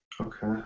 Okay